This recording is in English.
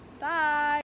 bye